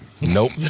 Nope